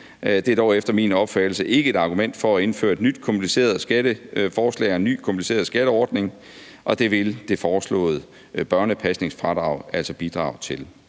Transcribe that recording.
Det er dog efter min opfattelse ikke et argument for at indføre et nyt kompliceret skatteforslag og en ny kompliceret skatteordning, og det vil det foreslåede børnepasningsfradrag altså bidrage til.